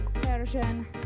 version